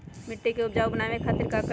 मिट्टी के उपजाऊ बनावे खातिर का करी?